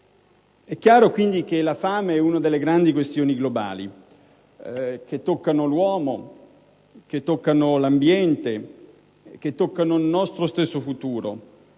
È chiaro, quindi, che la fame è una delle grandi questioni globali, che toccano l'uomo, che toccano l'ambiente, che toccano il nostro stesso futuro,